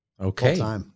Okay